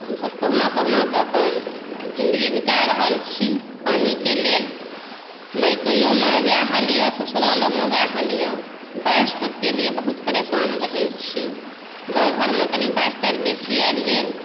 तऽ हमसब कहुना कहुना कऽ अपन जिन्दगी बिता रहल छी पानिकेँ लेल मायकेयोमे वएह हाल यऽ ससुरालोमे वएह हाल यऽ बाढ़ि सबकेँ लिए बहुत परेशान रहै छी गाँव घरमे कनि बाढ़ि ताढ़ि बेसी आबि गेल